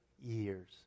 years